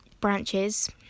branches